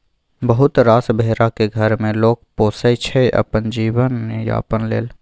बहुत रास भेरा केँ घर मे लोक पोसय छै अपन जीबन यापन लेल